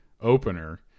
opener